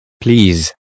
Please